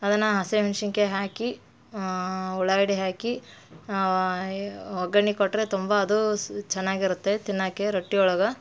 ಅದನ್ನು ಹಸಿಮೆಣ್ಶಿನ್ಕಾಯ್ ಹಾಕಿ ಉಳ್ಳಾಗಡ್ಡೆ ಹಾಕಿ ಒಗ್ಗರ್ಣೆ ಕೊಟ್ಟರೆ ತುಂಬ ಅದು ಸ್ ಚೆನ್ನಾಗಿರುತ್ತೆ ತಿನ್ನಕ್ಕೆ ರೊಟ್ಟಿ ಒಳಗೆ